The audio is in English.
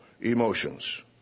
emotions